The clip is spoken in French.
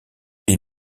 ils